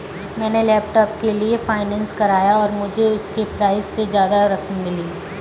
मैंने लैपटॉप के लिए फाइनेंस कराया और मुझे उसके प्राइज से ज्यादा रकम मिली